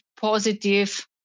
positive